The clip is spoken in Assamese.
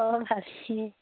অঁ